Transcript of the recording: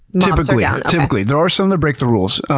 typically. yeah, typically. there are some that break the rules.